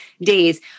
days